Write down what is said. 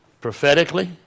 prophetically